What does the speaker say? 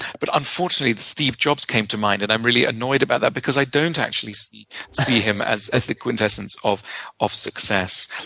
but unfortunately, steve jobs came to mind. and i'm really annoyed about that because i don't actually see see him as as the quintessence of of success.